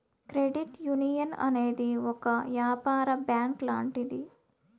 credit union అనేది ఒక యాపార బ్యాంక్ లాంటిది